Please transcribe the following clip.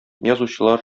язучылар